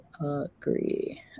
agree